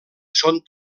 són